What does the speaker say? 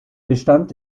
bestand